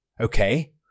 okay